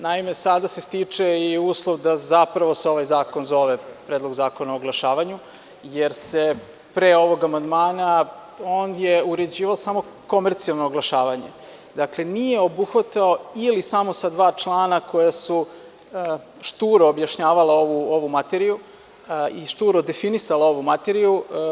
Naime, sada se stiče i uslov da se zapravo ovaj zakon zove Predlog zakona o oglašavanju, jer je pre ovog amandmana on uređivao samo komercijalno oglašavanje, nije obuhvatao ili samo sa dva člana koja su šturo objašnjavala ovu materiju i šturo definisala ovu materiju.